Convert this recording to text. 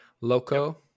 Loco